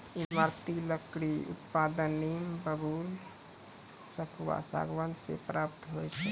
ईमारती लकड़ी उत्पादन नीम, बबूल, सखुआ, सागमान से प्राप्त होय छै